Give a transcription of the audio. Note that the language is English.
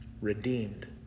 Redeemed